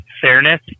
fairness